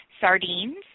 sardines